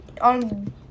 on